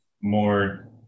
more